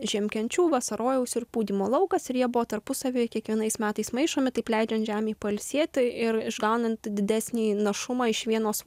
žiemkenčių vasarojaus ir pūdymo laukas ir jie buvo tarpusavyje kiekvienais metais maišomi taip leidžiant žemei pailsėti ir išgaunant didesnį našumą iš vienos